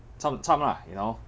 cham cham lah you know